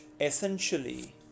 essentially